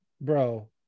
bro